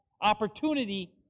opportunity